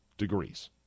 degrees